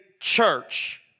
church